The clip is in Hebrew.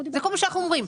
זה כל מה שאנחנו אומרים.